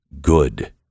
good